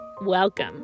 Welcome